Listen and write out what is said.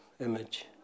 image